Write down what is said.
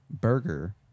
Burger